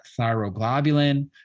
thyroglobulin